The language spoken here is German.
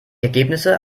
ergebnisse